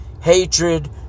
hatred